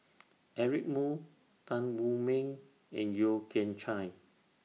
Eric Moo Tan Wu Meng and Yeo Kian Chai